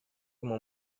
como